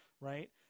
Right